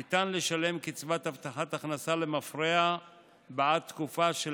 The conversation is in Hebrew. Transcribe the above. ניתן לשלם קצבת הבטחת הכנסה למפרע בעד תקופה של